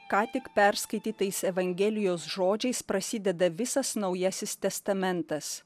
ką tik perskaitytais evangelijos žodžiais prasideda visas naujasis testamentas